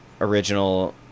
original